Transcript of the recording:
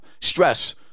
Stress